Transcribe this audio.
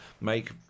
make